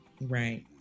Right